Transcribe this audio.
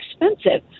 expensive